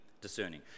discerning